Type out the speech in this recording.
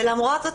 ולמרות זאת,